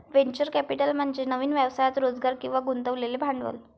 venture capital म्हणजे नवीन व्यवसायात रोजगार किंवा गुंतवलेले भांडवल